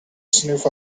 sniff